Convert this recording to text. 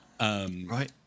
Right